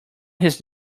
his